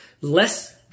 less